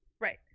Right